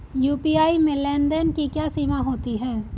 UPI में लेन देन की क्या सीमा होती है?